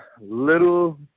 little